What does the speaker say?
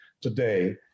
today